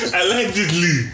allegedly